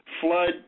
flood